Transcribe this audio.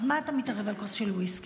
אז מה אתה מתערב על כוס של וויסקי?